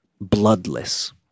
bloodless